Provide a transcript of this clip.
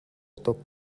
tuk